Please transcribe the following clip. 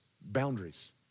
boundaries